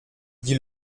dit